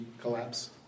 collapse